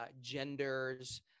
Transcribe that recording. genders